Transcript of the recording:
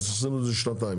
עשינו את זה לשנתיים.